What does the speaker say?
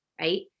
right